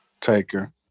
taker